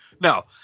no